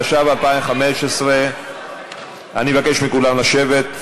התשע"ו 2015. אני מבקש מכולם לשבת,